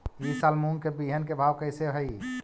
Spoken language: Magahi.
ई साल मूंग के बिहन के भाव कैसे हई?